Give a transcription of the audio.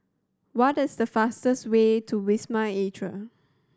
what is the fastest way to Wisma Atria